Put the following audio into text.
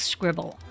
Scribble